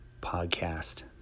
podcast